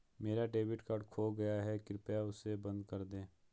मेरा debit card खो गया है, कृपया उसे बंद कर दें